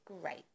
great